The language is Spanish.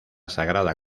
sagrada